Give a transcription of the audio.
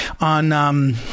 on